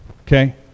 okay